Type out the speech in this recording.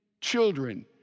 children